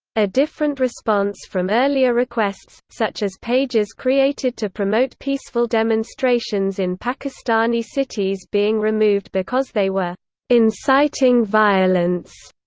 a different response from earlier requests, such as pages created to promote peaceful demonstrations in pakistani cities being removed because they were inciting violence.